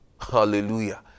Hallelujah